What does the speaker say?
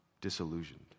disillusioned